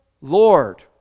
Lord